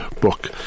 book